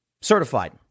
certified